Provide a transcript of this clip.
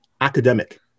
academic